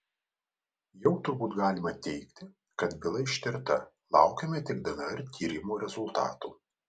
jau turbūt galima teigti kad byla ištirta laukiame tik dnr tyrimo rezultatų